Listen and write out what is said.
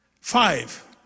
Five